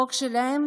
החוק שלהם